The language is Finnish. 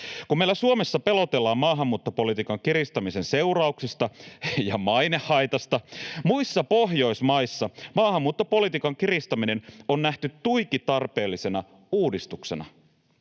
Kun meillä Suomessa pelotellaan maahanmuuttopolitiikan kiristämisen seurauksista ja mainehaitasta, muissa Pohjoismaissa maahanmuuttopolitiikan kiristäminen on nähty tuiki tarpeellisena uudistuksena.